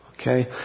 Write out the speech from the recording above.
Okay